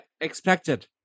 expected